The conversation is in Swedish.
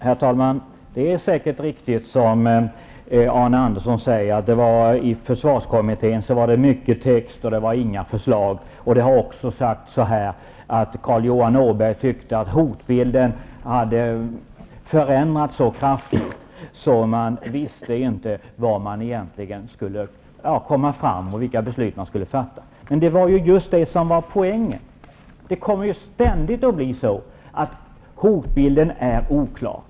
Herr talman! Det är säkert riktigt som Arne Andersson säger att det i försvarskommittén producerades mycket text men inga förslag. Det har också sagts att Carl Johan Åberg tyckte att hotbilden hade förändrats så kraftigt att man inte visste i beredningen vad man egentligen skulle komma fram till och vilka beslut som skulle fattas. Men det var just det som är poängen. Det kommer ständigt att bli så att hotbilden är oklar.